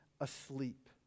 asleep